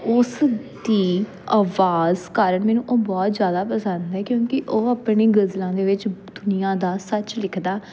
ਉਸ ਦੀ ਆਵਾਜ਼ ਕਾਰਨ ਮੈਨੂੰ ਉਹ ਬਹੁਤ ਜ਼ਿਆਦਾ ਪਸੰਦ ਹੈ ਕਿਉਂਕਿ ਉਹ ਆਪਣੀ ਗਜ਼ਲਾਂ ਦੇ ਵਿੱਚ ਦੁਨੀਆਂ ਦਾ ਸੱਚ ਲਿਖਦਾ